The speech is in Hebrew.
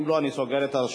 אם לא, אני סוגר את הרשימה.